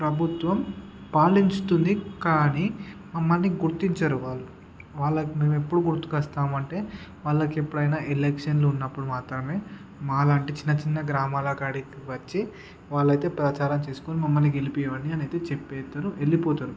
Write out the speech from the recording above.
ప్రభుత్వం పాలించుతుంది కానీ మమ్మల్ని గుర్తించరు వాళ్ళు వాళ్లకి మేమెప్పుడు గుర్తుకు వస్తాము అంటే వాళ్లకు ఎప్పుడైనా ఎలక్షన్లు ఉన్నప్పుడు మాత్రమే మాలాంటి చిన్న చిన్న గ్రామాల కాడికి వచ్చి వాళ్లయితే ప్రచారం చేసుకుని మమ్మల్ని గెలిపియమని అనయితే చెప్పేత్తరు వెళ్ళిపోతారు